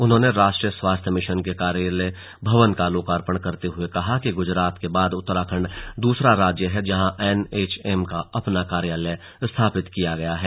उन्होंने राष्ट्रीय स्वास्थ्य मिशन के कार्यालय भवन का लोकार्पण करते हुए कहा कि गुजरात के बाद उत्तराखण्ड दूसरा राज्य है जहां एनएचएम का अपना कार्यालय स्थापित किया गया है